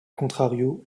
contrario